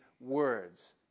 words